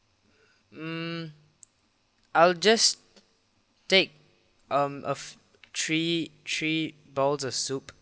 mm I'll just take um of three three bowls of soup